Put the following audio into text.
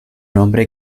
hombre